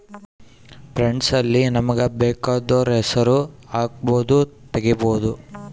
funds ಅಲ್ಲಿ ನಮಗ ಬೆಕಾದೊರ್ ಹೆಸರು ಹಕ್ಬೊದು ತೆಗಿಬೊದು